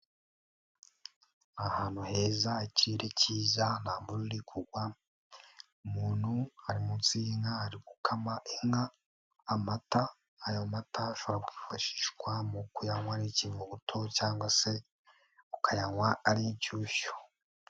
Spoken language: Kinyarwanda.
Ahantu heza ,ikirere cyiza, nta mvura iri kugwa, umuntu ari munsi y'inka ari gukama inka ,amata, ayo mata ashobora kwifashishwa mu kuyanywa ari ikivuguto cyangwa se ukayanywa ari inshyushyu.